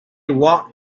walked